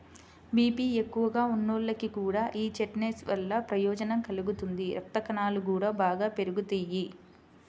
BP ఎక్కువగా ఉన్నోళ్లకి కూడా యీ చెస్ట్నట్స్ వల్ల ప్రయోజనం కలుగుతుంది, రక్తకణాలు గూడా బాగా పెరుగుతియ్యి